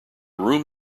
room